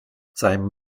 seinem